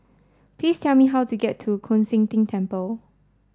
please tell me how to get to Koon Seng Ting Temple